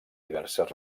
diverses